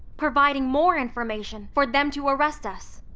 providing more information for them to arrest us.